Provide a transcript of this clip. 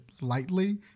lightly